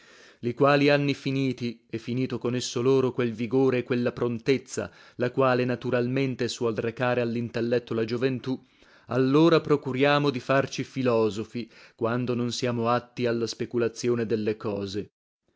li quali anni finiti e finito con esso loro quel vigore e quella prontezza la quale naturalmente suol recare allintelletto la gioventù allora procuriamo di farci filosofi quando non siamo atti alla speculazione delle cose